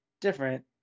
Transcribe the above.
different